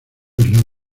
aislado